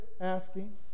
asking